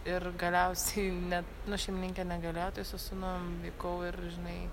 ir galiausiai net nu šeimininkė negalėjo tai su sūnum vykau ir žinai